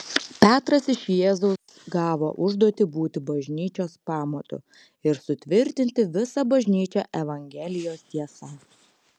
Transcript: petras iš jėzaus gavo užduotį būti bažnyčios pamatu ir sutvirtinti visą bažnyčią evangelijos tiesa